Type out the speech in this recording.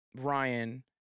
Ryan